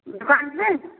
दुकान मे